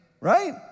right